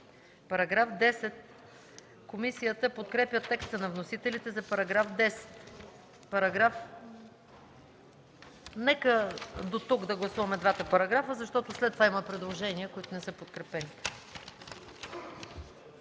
параграфи 9 и 10 комисията подкрепя текста на вносителите. Нека да гласуваме и двата параграфа, защото след това има предложения, които не са подкрепени.